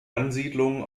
ansiedlungen